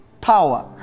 power